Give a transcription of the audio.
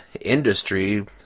industry